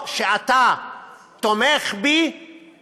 או שאתה תומך בי